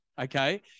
okay